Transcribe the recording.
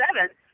seven